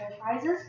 prizes